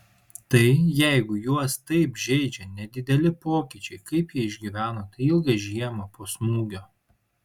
tai jeigu juos taip žeidžia nedideli pokyčiai kaip jie išgyveno tą ilgą žiemą po smūgio